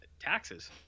taxes